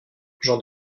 jean